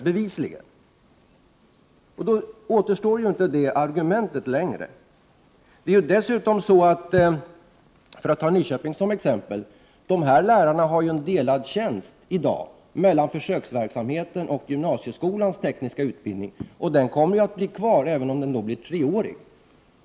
I och med detta återstår inte det argumentet längre. Om man tar Nyköping som exempel ser man att dessa lärare i dag har en delad tjänst mellan försöksverksamheten och gymnasieskolans tekniska utbildning. Denna utbildning kommer ju för övrigt att finnas kvar, även om den blir treårig.